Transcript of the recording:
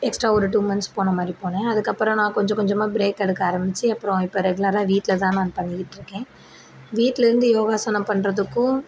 extra ஒரு two months போனமாதிரி போனேன் அதுக்கப்புறம் நான் கொஞ்சம் கொஞ்சமாக பிரேக் எடுக்க ஆரமித்து அப்புறம் இப்போ ரெகுலராக வீட்டில் தான் நான் பண்ணிக்கிட்டுருக்கேன் வீட்லேருந்து யோகாசனம் பண்ணுறதுக்கும்